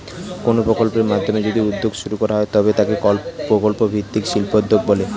কোনো প্রকল্পের মাধ্যমে যদি উদ্যোগ শুরু করা হয় তবে তাকে প্রকল্প ভিত্তিক শিল্পোদ্যোগ বলে